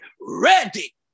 ready